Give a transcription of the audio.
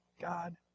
God